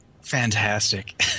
fantastic